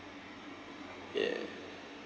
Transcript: yeah